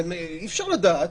אי אפשר לדעת.